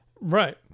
Right